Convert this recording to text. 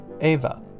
Ava